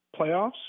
playoffs